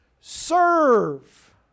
Serve